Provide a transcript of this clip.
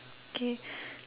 okay